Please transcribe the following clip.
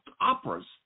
operas